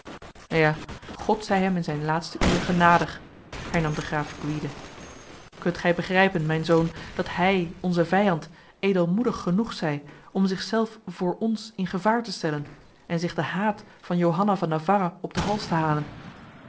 ja god zij hem in zijn laatste uur genadig hernam de graaf gwyde kunt gij begrijpen mijn zoon dat hij onze vijand edelmoedig genoeg zij om zichzelf voor ons in gevaar te stellen en zich de haat van johanna van navarra op de hals te halen